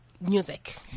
Music